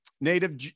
native